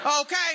Okay